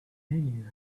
menu